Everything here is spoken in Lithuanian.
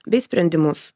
bei sprendimus